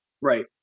Right